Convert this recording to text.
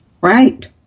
Right